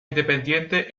independiente